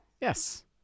Yes